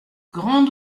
grande